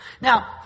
Now